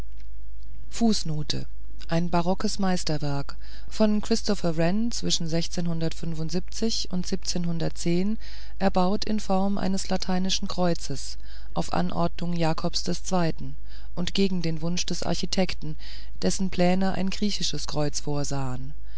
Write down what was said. ein barockes meisterwerk von und erbaut in form eines lateinischen kreuzes auf anordnung jakobs ii und gegen den wunsch des architekten dessen pläne ein griechisches kreuz vorsahen